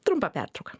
trumpą pertrauką